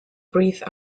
breathe